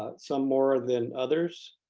ah some more than others.